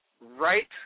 right